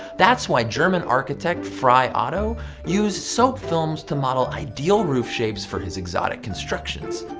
that's why german architect frei otto used soap films to model ideal roof shapes for his exotic constructions.